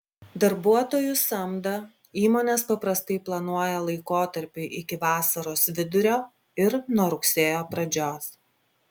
darbuotojų samdą įmonės paprastai planuoja laikotarpiui iki vasaros vidurio ir nuo rugsėjo pradžios